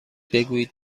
بگویید